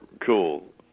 cool